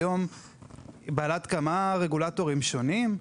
היא בעלת כמה רגולטורים שונים היום.